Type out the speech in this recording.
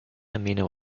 amino